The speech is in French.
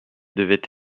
devait